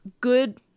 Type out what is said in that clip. good